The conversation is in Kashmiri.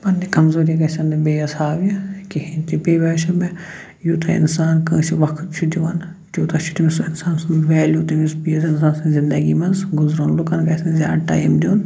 پَننہِ کَمزوٗری گژھیٚن نہٕ بیِٚیِس ہاونہِ کِہیٖنۍ تہِ بیٚیہِ باسیٚو مےٚ یوٗتاہ اِنسان کٲنسہِ وقت چھُ دِوان تیٛوتاہ چھُ تٔمِس اِنسان سُنٛد ویلیٛو تٔمِس بیٚیِس انسان سٕنٛدۍ زِندگی منٛز گُزرُن لوٗکن گژھہِ نہٕ زیادٕ ٹایم دیٛن